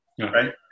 right